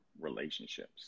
relationships